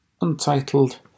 Untitled